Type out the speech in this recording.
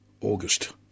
August